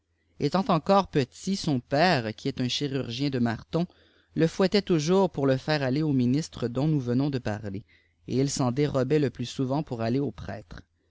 particulière int encore petit son père qui est un chirurgien de marton le fouets iait toujours pour le faire a au ministre dont taous venenlsde parler et il s'en dérobait le plijs souvent pour aller aux prêbes